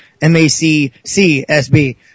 M-A-C-C-S-B